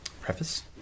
preface